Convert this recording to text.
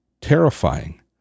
terrifying